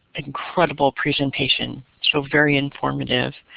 incredible presentation, so very informative.